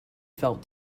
felt